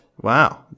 Wow